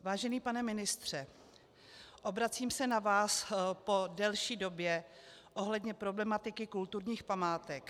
Vážený pane ministře, obracím se na vás po delší době ohledně problematiky kulturních památek.